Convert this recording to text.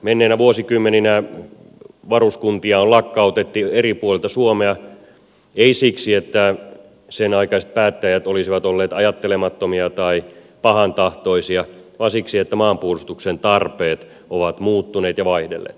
menneinä vuosikymmeninä varuskuntia on lakkautettu eri puolilta suomea ei siksi että senaikaiset päättäjät olisivat olleet ajattelemattomia tai pahantahtoisia vaan siksi että maanpuolustuksen tarpeet ovat muuttuneet ja vaihdelleet